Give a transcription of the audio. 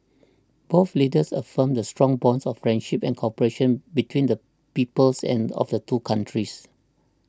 both leaders affirmed the strong bonds of friendship and cooperation between the peoples and of the two countries